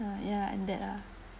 yeah and that lah